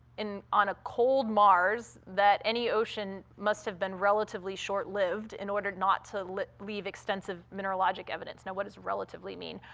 on a cold mars, that any ocean must have been relatively short-lived in order not to leave extensive mineralogic evidence. now, what does relatively mean?